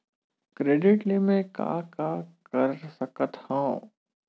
Credit ले मैं का का कर सकत हंव?